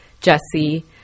Jesse